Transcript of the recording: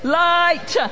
light